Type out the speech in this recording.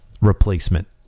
replacement